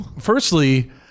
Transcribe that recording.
firstly